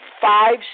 five